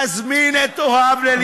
להזמין את הוריו ללשכתו?